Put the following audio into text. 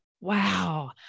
Wow